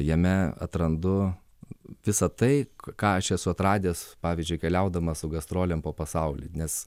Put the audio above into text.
jame atrandu visa tai ką aš esu atradęs pavyzdžiui keliaudamas su gastrolėm po pasaulį nes